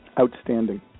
Outstanding